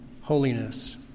holiness